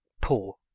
Poor